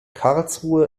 karlsruhe